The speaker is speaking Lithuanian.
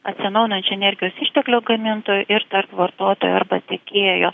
atsinaujinančių energijos išteklio gamintojų ir tarp vartotojo arba tiekėjo